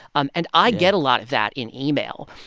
um and i get a lot of that in email.